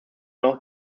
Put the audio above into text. noch